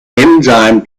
enzyme